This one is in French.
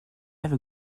avec